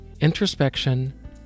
introspection